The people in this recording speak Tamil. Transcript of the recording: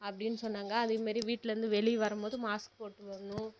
அப்படின்னு சொன்னாங்க அதே மாரி வீட்லிருந்து வெளியே வரும்மோது மாஸ்க் போட்டு வரணும்